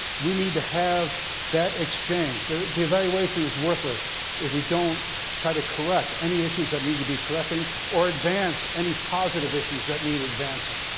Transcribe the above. we need to have that exchange. the the evaluation is worthless if we don't try to correct any issues that need to be corrected or advance any positive issues that need advancing.